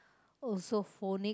also phonic